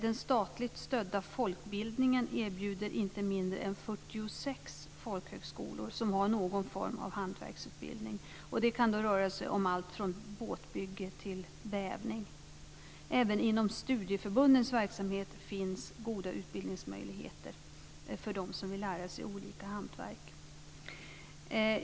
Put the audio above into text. Den statligt stödda folkbildningen erbjuder inte mindre än 46 folkhögskolor som har någon form av hantverksutbildning. Det kan då röra sig om allt från båtbygge till vävning. Även inom studieförbundens verksamhet finns goda utbildningsmöjligheter för dem som vill lära sig olika hantverk.